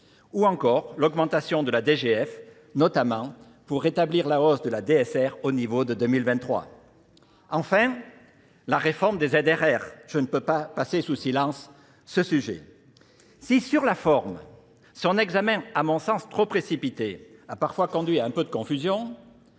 ou encore l'augmentation de la DGF, notamment pour rétablir la hausse de la DSR au niveau de 2023. Enfin, la réforme des ZRR. Je ne peux pas passer sous silence ce sujet. Si sur la forme, son examen à mon sens trop précipité a parfois conduit à un peu de confusion,